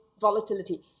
volatility